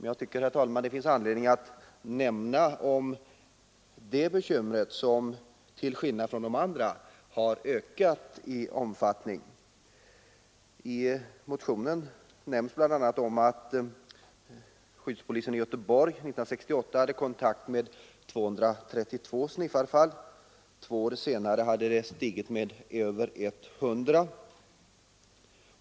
Jag tycker emellertid att det finns anledning att nämna det bekymret, som till skillnad från de andra har ökat i omfattning. I motionen nämns bl.a. att skyddspolisen i Göteborg år 1968 hade kontakt med 232 sniffarfall. Två år senare hade siffran stigit med över 100.